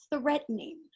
threatening